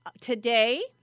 today